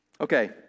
Okay